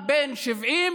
מצוינת,